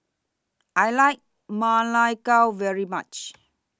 I like Ma Lai Gao very much